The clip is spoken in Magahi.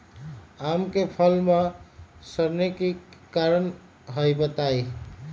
आम क फल म सरने कि कारण हई बताई?